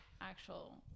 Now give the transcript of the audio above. actual